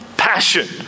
passion